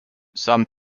some